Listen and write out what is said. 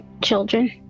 children